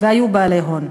והיו בעלי הון.